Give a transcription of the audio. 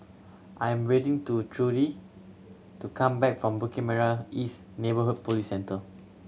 I am waiting to Trudy to come back from Bukit Merah East Neighbourhood Police Centre